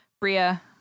Bria